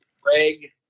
Craig